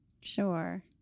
Sure